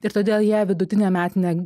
ir todėl jie vidutinę metinę